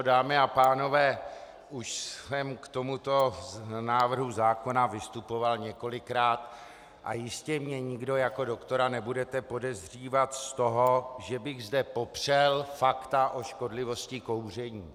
Dámy a pánové, už jsem k tomuto návrhu zákona vystupoval několikrát a jistě mě nikdo jako doktora nebudete podezřívat z toho, že bych zde popřel fakta o škodlivosti kouření.